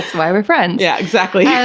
why we're friends. yeah, exactly. yeah